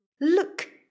Look